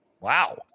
Wow